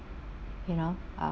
you know uh